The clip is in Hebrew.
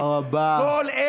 תודה רבה.